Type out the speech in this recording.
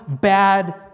bad